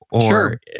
Sure